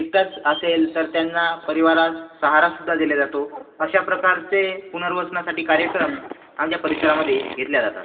एकटाच असेल तर त्यांना परिवारास सहारासुद्धा दिला जातो अशा प्रकारचे पुनर्वसनासाठी कार्यक्रम आमच्या परिसरामध्ये घेतले जातात